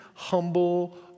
humble